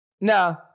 No